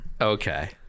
Okay